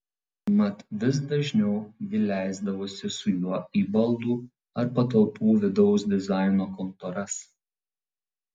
mat vis dažniau ji leisdavosi su juo į baldų ar patalpų vidaus dizaino kontoras